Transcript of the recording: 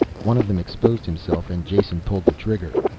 one of them exposed himself and jason pulled the trigger.